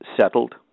settled